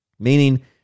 Meaning